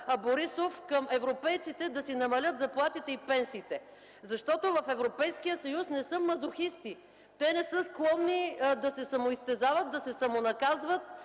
Борисов към европейците да си намалят заплатите и пенсиите. Защото в Европейския съюз не са мазохисти! Те не са склонни да се самоизтезават, да се самонаказват